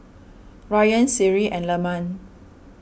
Ryan Seri and Leman